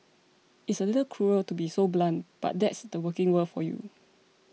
it's a little cruel to be so blunt but that's the working world for you